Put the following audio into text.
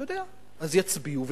אתה יודע, אז יצביעו ויגידו: